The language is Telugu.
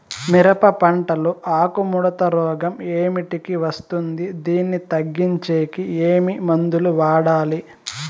మిరప పంట లో ఆకు ముడత రోగం ఏమిటికి వస్తుంది, దీన్ని తగ్గించేకి ఏమి మందులు వాడాలి?